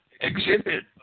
exhibit